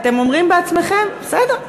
אתם אומרים בעצמכם, בסדר.